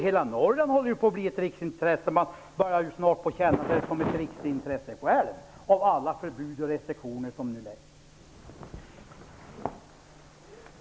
Hela Norrland håller ju på att bli ett riksintresse -- man börjar snart känna sig som ett riksintresse själv -- om man skall döma av alla förbud och restriktioner som nu föreslås.